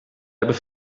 hebben